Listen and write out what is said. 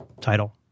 title